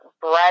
bread